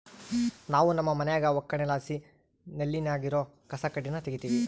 ನಾವು ನಮ್ಮ ಮನ್ಯಾಗ ಒಕ್ಕಣೆಲಾಸಿ ನೆಲ್ಲಿನಾಗ ಇರೋ ಕಸಕಡ್ಡಿನ ತಗೀತಿವಿ